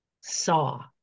saw